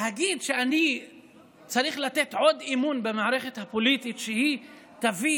להגיד שאני צריך לתת עוד אמון במערכת הפוליטית שהיא תביא